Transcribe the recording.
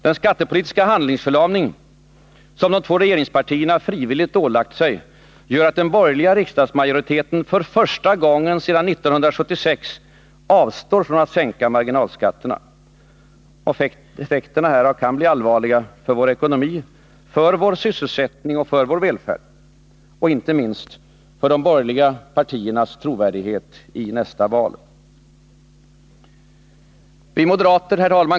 Den skattepolitiska handlingsförlamning som de två regeringspartierna frivilligt ålagt sig gör att den borgerliga riksdagsmajoriteten för första gången sedan 1976 avstår från att sänka marginalskatterna. Effekterna härav kan bli allvarliga för vår ekonomi, för vår sysselsättning och för vår välfärd. Och, inte minst, för de borgerliga partiernas trovärdighet i nästa val. Herr talman!